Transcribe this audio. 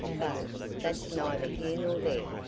but that's neither here nor there.